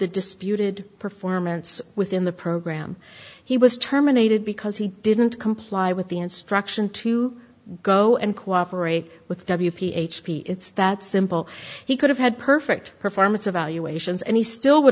the disputed performance within the program he was terminated because he didn't comply with the instruction to go and cooperate with w p h p it's that simple he could have had perfect performance evaluations and he still would